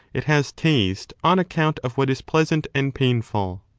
it has taste on account of what is pleasant and painful,